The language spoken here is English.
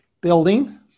building